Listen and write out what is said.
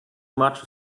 much